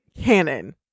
cannon